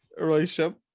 relationship